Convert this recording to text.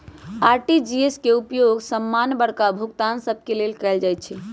RTGS के उपयोग समान्य बड़का भुगतान सभ के लेल कएल जाइ छइ